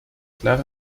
clara